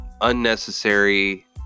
unnecessary